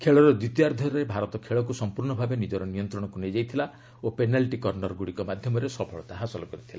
ଖେଳର ଦ୍ୱିତୀୟାର୍ଦ୍ଧରେ ଭାରତ ଖେଳକୁ ସମ୍ପର୍ଣ୍ଣ ଭାବେ ନିଜର ନିୟନ୍ତ୍ରଣକୁ ନେଇଯାଇଥିଲା ଓ ପେନାଲ୍ଟି କର୍ଷରଗୁଡ଼ିକ ମାଧ୍ୟମରେ ସଫଳତା ହାସଲ କରିଥିଲା